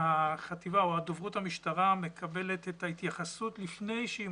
החטיבה או דוברות המשטרה מקבלת את ההתייחסות לפני שהיא